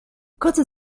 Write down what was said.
kurze